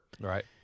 Right